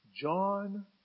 John